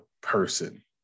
person